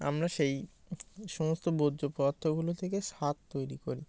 আমরা সেই সমস্ত বর্জ্য পদার্থগুলো থেকে সার তৈরি করি